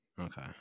okay